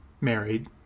married